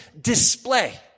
display